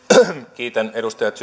kiitän edustaja